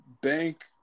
bank